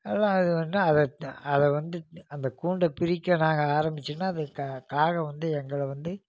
எல்லாம் அது வந்து அதை அதை வந்து அந்த கூண்டை பிரிக்க நாங்கள் ஆரம்பித்தோனா அந்த கா காகம் வந்து எங்களை வந்து